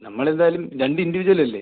നമ്മൾ എന്തായാലും രണ്ട് ഇൻഡിവിജ്വല് അല്ലേ